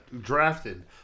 drafted